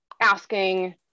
asking